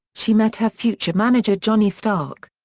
she met her future manager johnny stark.